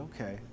Okay